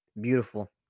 Beautiful